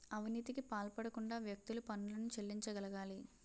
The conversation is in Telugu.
అవినీతికి పాల్పడకుండా వ్యక్తులు పన్నులను చెల్లించగలగాలి